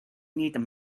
need